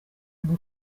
ngo